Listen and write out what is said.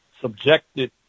subjected